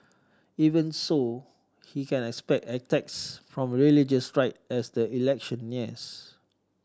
even so he can expect attacks from the religious right as the election nears